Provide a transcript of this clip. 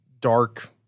dark